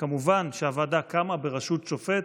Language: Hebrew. כמובן שהוועדה קמה בראשות שופט,